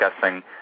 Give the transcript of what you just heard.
discussing